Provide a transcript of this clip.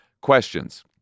Questions